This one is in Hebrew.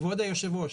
כבוד היושב-ראש,